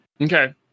Okay